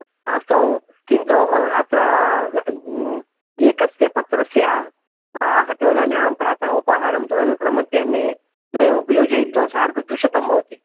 अस्तु किन्तु अत्र एकस्य पत्रस्य आहत्य वदामि अहं प्रातः उपहारं तदनन्तरं मध्याह्ने द्वयमपि योजयित्वा सार्धद्विशतं भवति